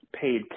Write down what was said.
paid